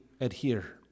adhere